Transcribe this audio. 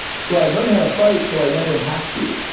so i learned how to fight, so i never have to.